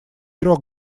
трех